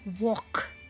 walk